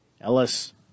Ellis